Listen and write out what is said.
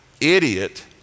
idiot